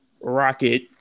Rocket